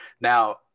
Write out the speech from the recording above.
Now